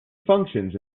functions